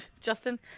justin